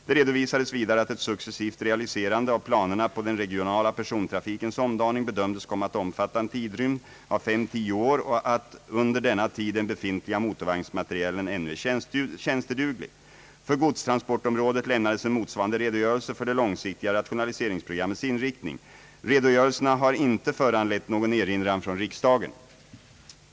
Det redovisades vidare att ett successivt realiserande av planerna på den regionala persontrafikens omdaning bedömdes komma att omfatta en tidrymd av 5—10 år och att under denna tid den befintliga motorvagnsmaterielen ännu är tjänstduglig. För godstransportområdet lämnades en motsvarande redogörelse för det långsiktiga rationaliseringsprogrammets inriktning. Redogörelserna har inte föranlett någon erinran från riksdagen.